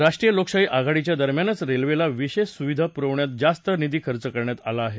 राष्ट्रीय लोकशाही आघाडीच्या दरम्यानच रेल्वेला विशेष सुविधा प्रवण्यासाठी जास्त निधी खर्च करण्यात आला आहे